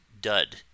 dud